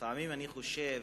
לפעמים אני חושב